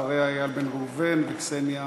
אחריה, איל בן ראובן, וקסניה